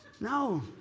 No